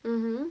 mmhmm